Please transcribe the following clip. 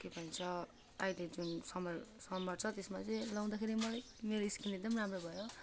के भन्छ अहिले जुन समर समर छ त्यसमा चाहिँ लगाउँदाखेरि मलाई मेरो स्किन एकदम राम्रो भयो